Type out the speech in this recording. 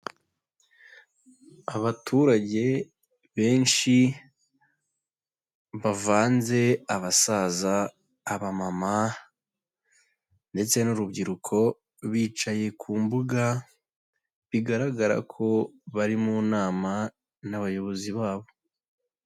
Abaturage benshi bavanze; abasaza, abamama ndetse n'urubyiruko bicaye ku mbuga, bigaragara ko bari mu nama n'abayobozi babo.